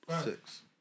six